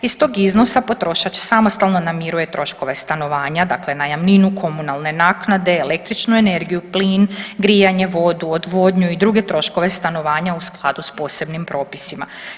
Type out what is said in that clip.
Iz tog iznosa potrošač samostalno namiruje troškove stanovanja, dakle najamninu, komunalne naknade, električnu energiju, plin, grijanje, vodu, odvodnju i druge troškove stanovanja u skladu sa posebnim propisima.